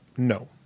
No